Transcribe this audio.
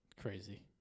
Crazy